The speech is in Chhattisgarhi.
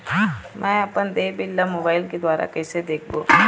मैं अपन देय बिल ला मोबाइल के द्वारा कइसे देखबों?